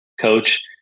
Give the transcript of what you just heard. coach